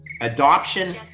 Adoption